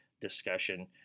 discussion